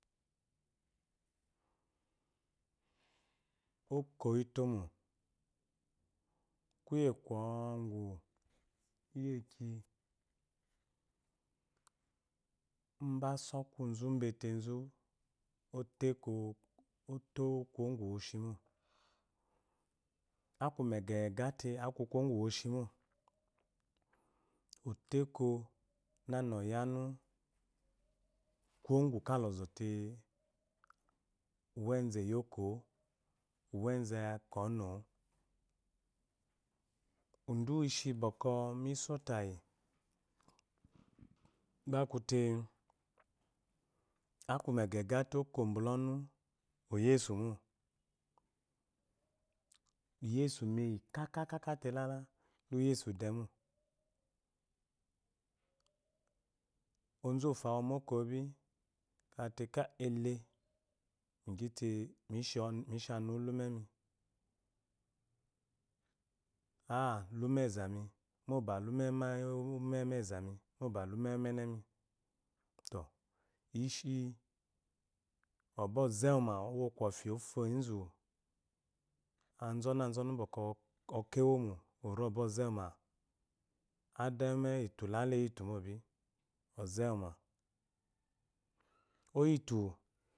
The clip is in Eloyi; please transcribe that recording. Oko ifomo kuye kwo hgu eye ki umba asokuzu mba utenzu ole eko mutu kuwo gwu woshi mo aku megaega te aku kuwo gwu woshi mo oteka nana oyanu kuwo gwu kala ɔzɔte uwnze eyi okɔo owneze aka ɔnuo udu ushi bwokwo miso tayi gba akate aku nega ega te oko bula ɔnu oya esuma lyesu me yi ka telala oyesu damo onzu ufo awoo moko ba ate kai le megyi te, me shi anuwu'a la ume mi a'a lu umenzami to eshi ɔbwɔze wumawuu umenenmi to eshi obwɔze wumawuu ɔwɔ kwɔfi ofu enze azonu azonu kɔkwɔ ɔkaewomo ori ɔwbwuma adame lyetu lala eyitumobi ɔzewuma oyiho.